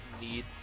need